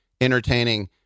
entertaining